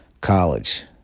college